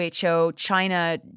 WHO-China